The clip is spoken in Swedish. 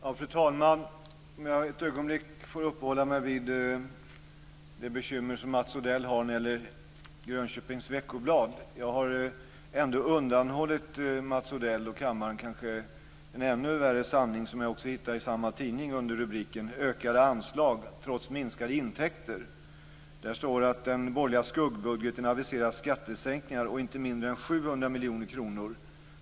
Fru talman! Låt mig ett ögonblick uppehålla mig vid det bekymmer som Mats Odell har när det gäller Grönköpings Veckoblad. Jag har undanhållit Mats Odell och kammaren en kanske ännu värre sanning som jag också hittade i samma tidning under rubriken Ökade anslag trots minskade intäkter! Där står: "Den borgerliga skuggbudgeten aviserar skattesänkningar å inte mindre än 700 miljoner kronor.